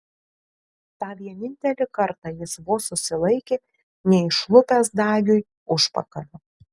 tą vienintelį kartą jis vos susilaikė neišlupęs dagiui užpakalio